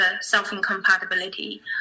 self-incompatibility